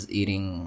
eating